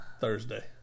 Thursday